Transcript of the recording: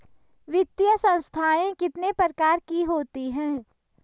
वित्तीय संस्थाएं कितने प्रकार की होती हैं?